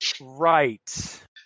Right